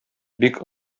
бик